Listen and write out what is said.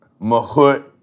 Mahut